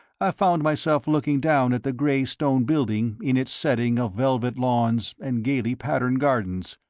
i found myself looking down at the gray stone building in its setting of velvet lawns and gaily patterned gardens.